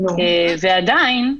ועדיין,